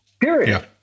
period